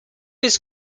his